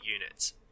units